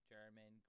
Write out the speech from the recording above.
German